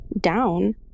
down